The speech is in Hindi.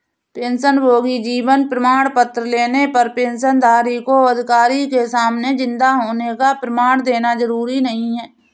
पेंशनभोगी जीवन प्रमाण पत्र लेने पर पेंशनधारी को अधिकारी के सामने जिन्दा होने का प्रमाण देना जरुरी नहीं